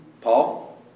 Paul